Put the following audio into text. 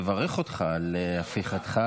לברך אותך על הפיכתך,